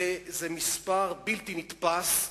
זה מספר בלתי נתפס,